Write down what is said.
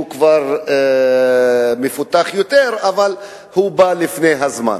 שהוא כבר מפותח יותר, אבל הוא בא לפני הזמן.